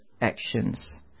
actions